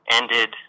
ended